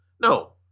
No